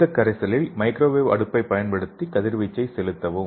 இந்தக் கரைசலில் மைக்ரோவேவ் அடுப்பைப் பயன்படுத்தி கதிர்வீச்சை செலுத்தவும்